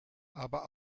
aber